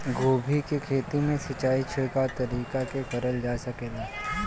गोभी के खेती में सिचाई छिड़काव तरीका से क़रल जा सकेला?